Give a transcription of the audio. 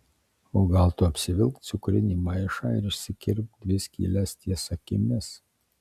o gal tu apsivilk cukrinį maišą ir išsikirpk dvi skyles ties akimis